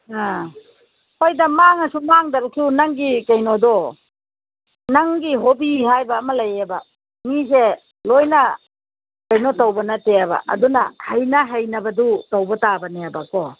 ꯑꯥ ꯍꯣꯏꯗ ꯃꯥꯡꯉꯁꯨ ꯃꯥꯡꯗ꯭ꯔꯁꯨ ꯅꯪꯒꯤ ꯀꯩꯅꯣꯗꯣ ꯅꯪꯒꯤ ꯍꯣꯕꯤ ꯍꯥꯏꯕ ꯑꯃ ꯂꯩꯑꯦꯕ ꯃꯤꯁꯦ ꯂꯣꯏꯅ ꯀꯩꯅꯣ ꯇꯧꯕ ꯅꯠꯇꯦꯕ ꯑꯗꯨꯅ ꯍꯩꯅ ꯍꯩꯅꯕꯗꯨ ꯇꯧꯕ ꯇꯥꯕꯅꯦꯕ ꯀꯣ